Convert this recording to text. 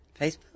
Facebook